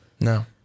no